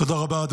תודה רבה.